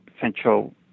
central